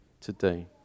today